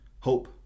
hope